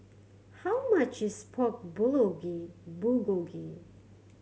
how much is Pork Bulgogi